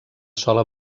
sola